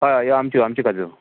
हय हें आमचे आमचे काजू